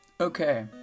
Okay